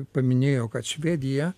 paminėjo kad švedija